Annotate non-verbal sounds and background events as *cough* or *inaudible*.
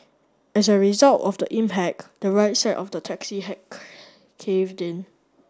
as a result of the impact the right side of the taxi had *unintelligible* caved in